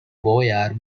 boyar